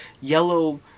yellow